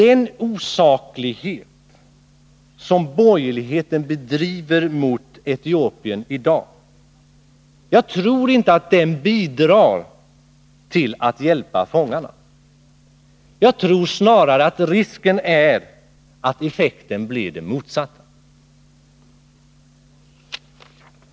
Jag tror inte att den osakliga propaganda som borgerligheten i dag bedriver mot Etiopien bidrar till att hjälpa fångarna. Risken är snarare att effekten blir den motsatta.